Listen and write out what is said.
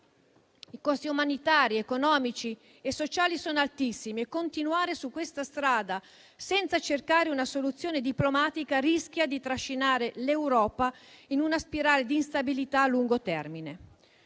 i costi umanitari, economici e sociali sono altissimi e continuare su questa strada, senza cercare una soluzione diplomatica, rischia di trascinare l'Europa in una spirale di instabilità a lungo termine.